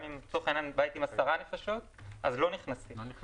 לצורך העניין בית עם עשרה נפשות, לא נכנסים.